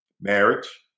Marriage